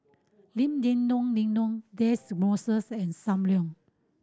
Lim Denon Denon Moss and Sam Leong